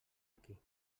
aquí